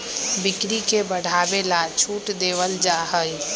बिक्री के बढ़ावे ला छूट देवल जाहई